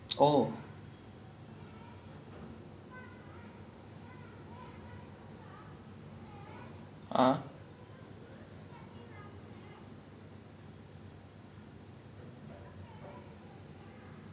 ya this [one] this [one] is so tough to see in other countries like for example the united states education system right most parents don't know which school is a correct school for their children because there's no unified like single database in the entire country that ranked schools in a proper way